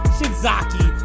Shizaki